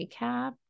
recap